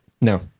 No